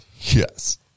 Yes